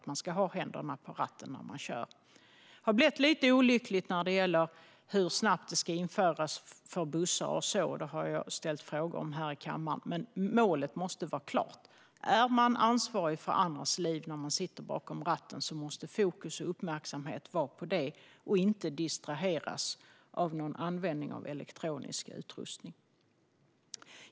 Man ska ha händerna på ratten när man kör. Det har blivit lite olyckligt när det gäller hur snabbt det här ska införas för bussar och så - det har jag ställt frågor om här i kammaren - men målet måste vara klart: Är man ansvarig för andras liv, vilket man är när man sitter bakom ratten, måste fokus och uppmärksamhet vara på det, och man ska inte distraheras av användning av elektronisk utrustning.